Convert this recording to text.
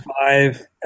five